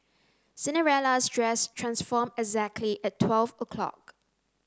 Cinderella's dress transformed exactly at twelve o' clock